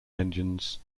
engines